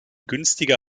günstiger